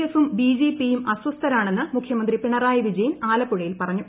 എഫും ബിജെപിയും അസ്വസ്ഥരാണെന്ന് മുഖ്യമന്ത്രി പിണറായി വിജയൻ ആലപ്പുഴയിൽ പറഞ്ഞു